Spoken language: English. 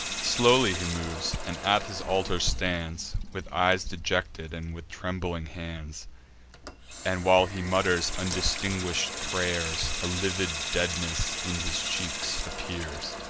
slowly he moves, and at his altar stands with eyes dejected, and with trembling hands and, while he mutters undistinguish'd pray'rs, a livid deadness in his cheeks appears.